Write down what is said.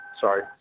sorry